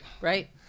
Right